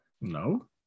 No